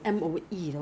!wow!